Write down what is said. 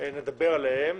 נדבר עליהם,